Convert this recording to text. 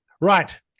Right